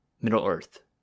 Middle-earth